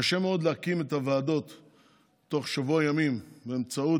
קשה מאוד להקים את הוועדות בתוך שבוע ימים באמצעות